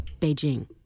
beijing